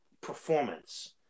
performance